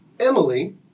Emily